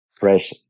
fresh